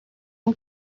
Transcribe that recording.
não